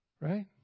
Right